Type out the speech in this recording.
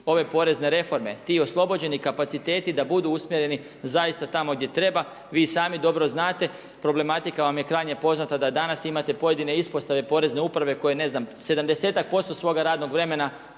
ove porezne reforme. Ti oslobođeni kapaciteti da budu usmjereni zaista tamo gdje treba. Vi i sami dobro znate problematika vam je krajnje poznata da danas imate pojedine ispostave porezne uprave koje ne znam 70% svoga radnog vremena